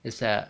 is that